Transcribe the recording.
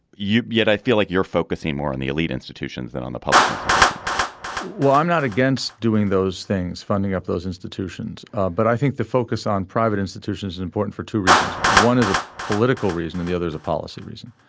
yet i feel like you're focusing more on the elite institutions than on the public institutions well i'm not against doing those things funding up those institutions but i think the focus on private institutions is important for two reasons. one is a political reason or and the other is a policy reason.